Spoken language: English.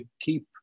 keep